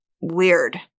weird